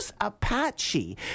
Apache